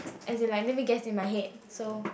as in like let me guess in my head so